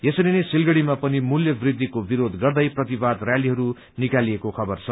यसरी नै सिलगढ़ीमा पनि मूल्य वृद्धिको विरोध गर्दै प्रतिवाद रयालीहरू निकालिएको खबर छ